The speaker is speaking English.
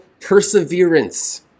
perseverance